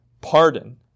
Pardon